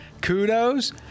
Kudos